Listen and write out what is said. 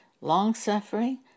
long-suffering